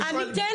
אני שואל,